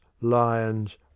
lions